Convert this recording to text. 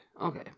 Okay